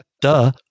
duh